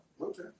Okay